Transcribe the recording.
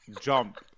jump